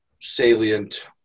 salient